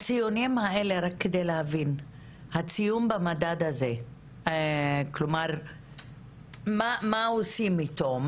רק כדי להבין, הציון במדד הזה, מה עושים איתו?